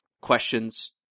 Questions